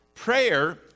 Prayer